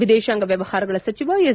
ವಿದೇಶಾಂಗ ವ್ಲವಹಾರಗಳ ಸಚಿವ ಎಸ್